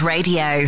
Radio